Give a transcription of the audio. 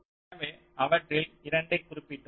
எனவே அவற்றில் ஒரு இரண்டை குறிப்பிட்டோம்